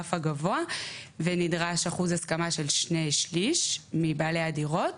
ברף הגבוה ונדרש אחוז הסכמה של שני-שליש מבעלי הדירות.